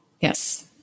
Yes